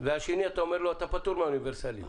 ולשני אתה אומר: אתה פטור מהאוניברסליות.